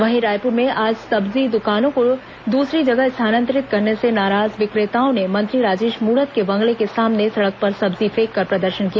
वहीं रायपुर में आज सब्जी दुकानों को दूसरी जगह स्थानांतरित करने से नाराज विक्रेताओं ने मंत्री राजेश मूणत के बंगले के सामने सड़क पर सब्जी फेंककर प्रदर्शन किया